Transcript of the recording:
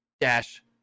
dash